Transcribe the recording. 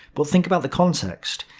but think about the context.